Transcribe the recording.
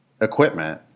equipment